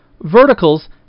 Verticals